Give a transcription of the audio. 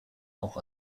auch